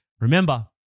Remember